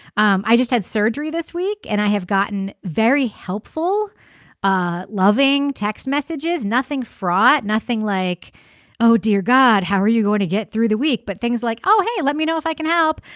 um i just had surgery this week and i have gotten very helpful ah loving text messages nothing fraud nothing like oh dear god how are you going to get through the week but things like oh hey let me know if i can help.